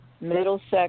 Middlesex